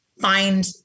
find